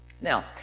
Now